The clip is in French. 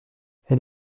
elle